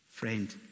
friend